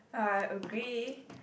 I agree